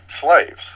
slaves